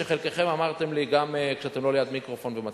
שחלקכם אמרתם לי גם כשאתם לא ליד מיקרופון ומצלמות.